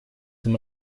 dem